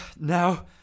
Now